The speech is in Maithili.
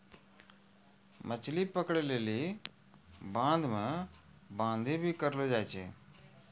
मछली पकड़ै लेली बांध मे बांधी भी करलो जाय छै